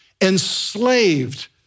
enslaved